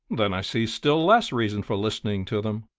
then i see still less reason for listening to them.